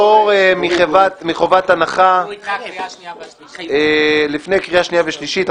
אחרונה: פטור מחובת הנחה לפני קריאה שניה ושלישית.